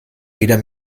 wieder